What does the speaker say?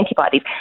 antibodies